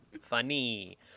funny